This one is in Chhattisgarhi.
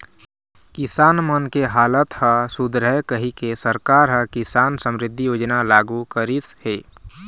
किसान मन के हालत ह सुधरय कहिके सरकार ह किसान समरिद्धि योजना लागू करिस हे